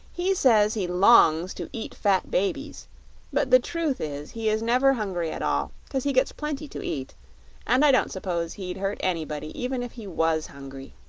he says he longs to eat fat babies but the truth is he is never hungry at all, cause he gets plenty to eat and i don't s'pose he'd hurt anybody even if he was hungry.